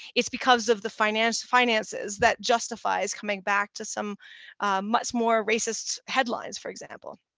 it's because of the finances finances that justifies coming back to some much more racist headlines, for example?